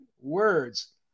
words